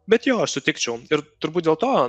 bet jo aš sutikčiau ir turbūt dėl to